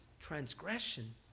transgression